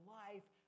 life